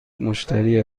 مشتری